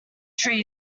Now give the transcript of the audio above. tree